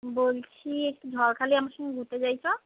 বলছি একটু ঝড়খালি আমার সঙ্গে যেতে চাই চ